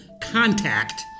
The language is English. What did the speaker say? contact